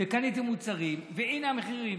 וקניתי מוצרים, והינה, המחירים,